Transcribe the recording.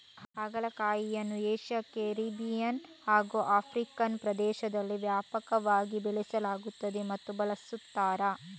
ಹಾಗಲಕಾಯಿಯನ್ನು Asia, Caribbean ಹಾಗೂ African ಪ್ರದೇಶದಲ್ಲಿ ವ್ಯಾಪಕವಾಗಿ ಬೆಳೆಸಲಾಗುತ್ತದೆ ಮತ್ತು ಬಳಸುತ್ತಾರೆ